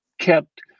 kept